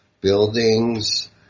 buildings